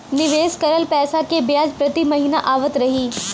निवेश करल पैसा के ब्याज प्रति महीना आवत रही?